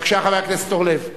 בבקשה, חבר הכנסת אורלב.